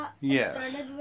Yes